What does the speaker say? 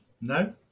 No